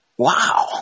Wow